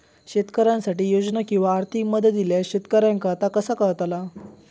शेतकऱ्यांसाठी योजना किंवा आर्थिक मदत इल्यास शेतकऱ्यांका ता कसा कळतला?